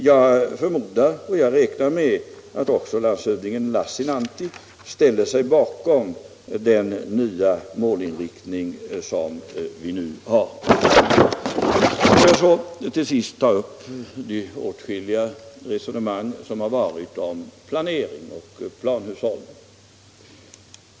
Jag tror att landshövding Lassinantti ställer sig bakom den nya målinriktningen. Låt mig till sist ta upp de många resonemang som förts om planering och planhushållning.